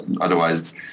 otherwise